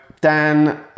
Dan